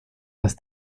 las